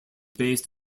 based